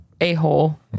a-hole